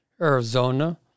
Arizona